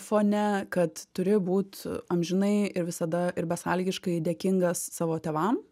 fone kad turi būt amžinai ir visada ir besąlygiškai dėkingas savo tėvam